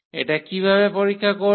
এটা কীভাবে পরীক্ষা করব